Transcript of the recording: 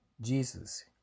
Jesus